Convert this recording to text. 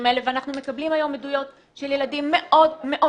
האלה ואנחנו מקבלים היום עדויות של ילדים מאוד מאוד